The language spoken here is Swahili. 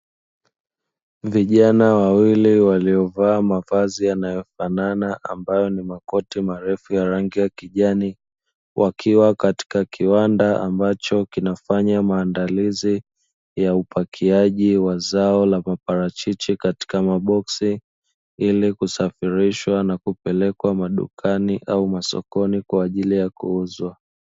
Vijana wawili waliovaa mavazi yanayofanana ambayo nimakoti marefu ya rangi ya kijani, wakiwa katika kiwanda ambacho kinafanya maandalizi ya upakiaji wa zao la maparachichi katika maboksi ilikusafirishwa na kupelekwa madukani au masokoni kwa ajili ya kuuzwa.